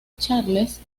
charles